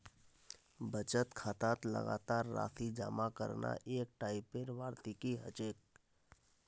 बचत खातात लगातार राशि जमा करना एक टाइपेर वार्षिकी ह छेक